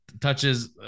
touches